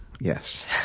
Yes